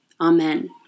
Amen